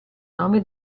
nome